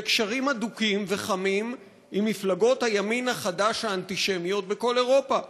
זה קשרים הדוקים וחמים עם מפלגות הימין החדש האנטישמיות בכל אירופה.